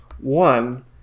one